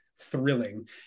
thrilling